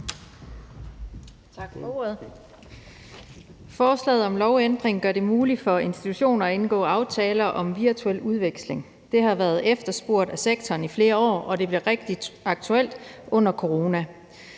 Tak for ordet. Forslaget om lovændring gør det muligt for institutioner at indgå aftaler om virtuel udveksling. Det har været efterspurgt af sektoren i flere år, og det blev rigtig aktuelt under corona.